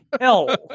hell